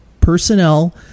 personnel